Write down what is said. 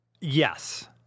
Yes